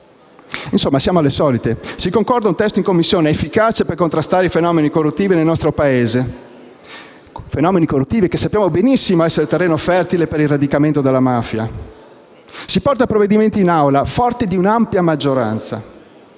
Insomma, siamo alle solite: in Commissione si concorda un testo efficace per contrastare i fenomeni corruttivi nel nostro Paese, fenomeni che sappiamo benissimo essere terreno fertile per il radicamento della mafia; si porta il provvedimento in Aula forti di un'ampia maggioranza,